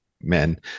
men